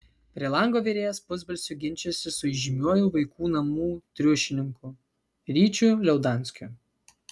prie lango virėjas pusbalsiu ginčijosi su įžymiuoju vaikų namų triušininku ryčiu liaudanskiu